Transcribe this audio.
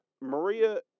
Maria